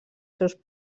seus